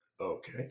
okay